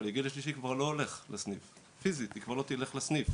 אבל הגיל השלישי פיזית כבר לא הולך לסניף,